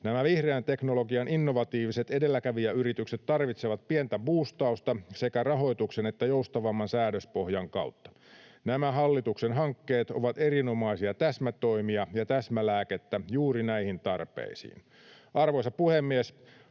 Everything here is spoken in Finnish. Nämä vihreän teknologian innovatiiviset edelläkävijäyritykset tarvitsevat pientä buustausta sekä rahoituksen että joustavamman säädöspohjan kautta. Nämä hallituksen hankkeet ovat erinomaisia täsmätoimia ja täsmälääkettä juuri näihin tarpeisiin. Arvoisa puhemies!